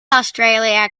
australia